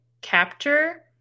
capture